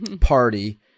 party